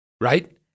Right